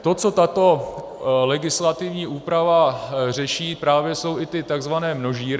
To, co tato legislativní úprava řeší, právě jsou i ty tzv. množírny.